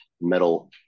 metal